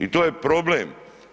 I to je problem.